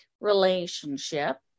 relationship